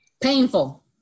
painful